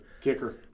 Kicker